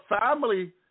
family